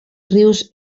rius